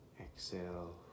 exhale